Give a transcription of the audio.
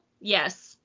Yes